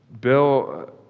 Bill